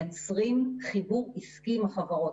חיבור עסקי עם החברות,